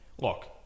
look